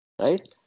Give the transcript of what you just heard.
right